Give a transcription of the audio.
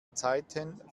zeiten